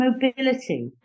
mobility